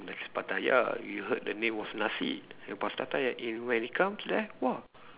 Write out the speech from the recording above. Nasi Pattaya you heard the name was nasi and plus Pattaya it when it comes that !wah!